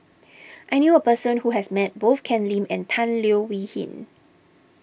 I knew a person who has met both Ken Lim and Tan Leo Wee Hin